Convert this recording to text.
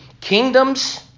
kingdoms